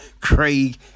Craig